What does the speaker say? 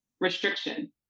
restriction